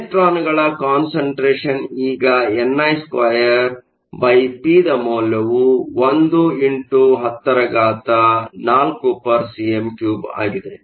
electron ಗಳ concentration ಈಗ ni2p ದ ಮೌಲ್ಯವು 1x104 cm 3 ಆಗಿದೆ